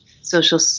social